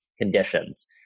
conditions